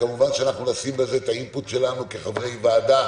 כמובן שנשים בו את האינפוט שלנו כחברי ועדה,